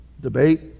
debate